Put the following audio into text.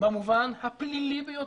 במובן הפלילי ביותר,